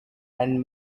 and